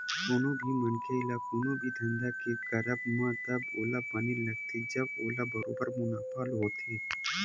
कोनो भी मनखे ल कोनो भी धंधा के करब म तब ओला बने लगथे जब ओला बरोबर मुनाफा होथे